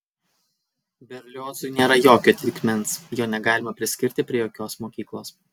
berliozui nėra jokio atitikmens jo negalima priskirti prie jokios mokyklos